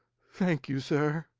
thank you, sir.